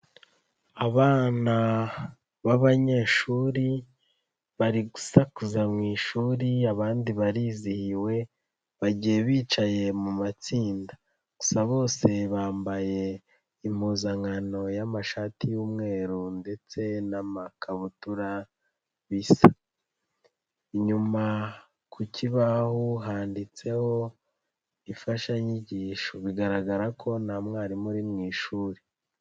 Abana b'abanyeshuri bari gusakuza mu ishuri abandi barizihiwe bagiye bicaye mu matsinda gusa bose bambaye impuzankano y'amashati y'umweru ndetse n'amakabutura bisa, inyuma ku kibaho handitseho imfashanyigisho bigaragara ko nta mwarimu uri mu ishuri.